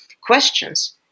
questions